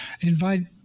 invite